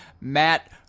Matt